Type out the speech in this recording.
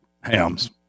Hams